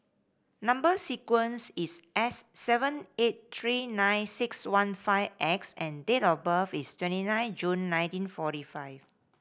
number sequence is S seven eight three nine six one five X and date of birth is twenty nine June nineteen forty five